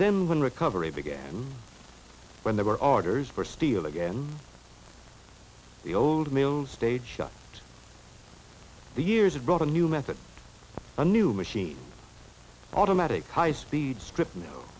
then when recovery began when there were orders for steel again the old mill stage and the years have brought a new method a new machine automatic high speed strip now